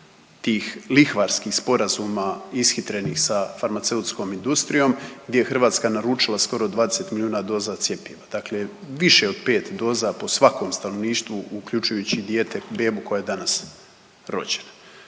tih lihvarskih sporazuma ishitrenih sa farmaceutskom industrijom, gdje je Hrvatska naručila skoro 20 milijuna doza cjepiva. Dakle, više od 5 doza po svakom stanovništvu uključujući i dijete, bebu koja je danas rođena.